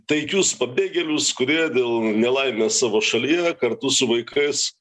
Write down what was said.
taikius pabėgėlius kurie dėl nelaimės savo šalyje kartu su vaikais